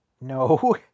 no